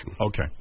Okay